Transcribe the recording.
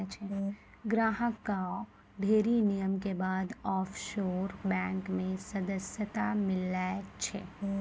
ग्राहक कअ ढ़ेरी नियम के बाद ऑफशोर बैंक मे सदस्यता मीलै छै